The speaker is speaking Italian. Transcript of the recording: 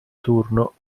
turno